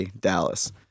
Dallas